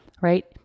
right